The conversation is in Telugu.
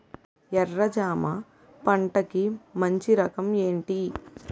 ఎర్ర జమ పంట కి మంచి రకం ఏంటి?